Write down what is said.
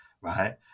right